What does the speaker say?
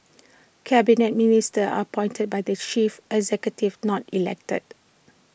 Cabinet Ministers are appointed by the chief executive not elected